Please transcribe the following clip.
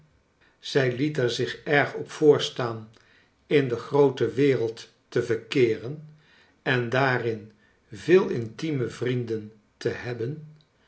zij liet er zich erg op voorstaan in de groote wereld te verkeeren en daarin veel intieme vrienden te hebben